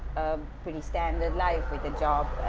pretty standard life with the job